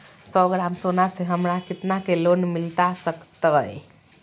सौ ग्राम सोना से हमरा कितना के लोन मिलता सकतैय?